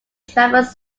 traverse